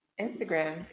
Instagram